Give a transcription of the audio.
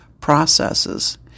processes